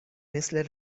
مثل